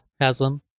haslam